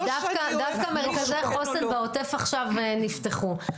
דווקא מרכזי חוסן בעוטף עכשיו נפתחו.